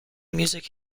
music